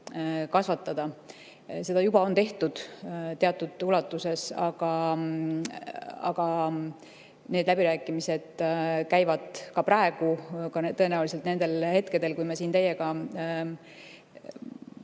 kasvatada. Seda juba on tehtud teatud ulatuses, aga läbirääkimised käivad praegu, tõenäoliselt ka nendel hetkedel, kui ma siin teie